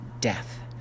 death